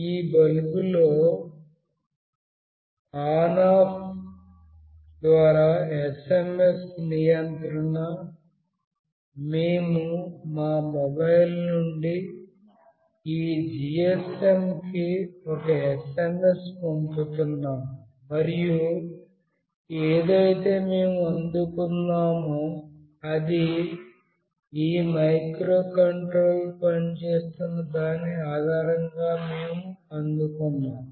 ఆ బల్బులో on off ద్వారా SMS నియంత్రణ మేము మా మొబైల్ నుండి ఈ GSM కి ఒక SMS పంపుతున్నాము మరియు ఏదైతే మేము అందుకొన్నామో అది ఈ మైక్రోకంట్రోలర్ పనిచేస్తున్న దాని ఆధారంగా మేము అందుకొన్నాం